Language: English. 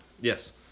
Yes